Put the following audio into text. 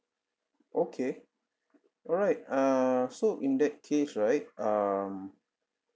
okay alright err so in that case right um